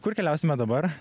kur keliausime dabar